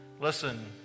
Listen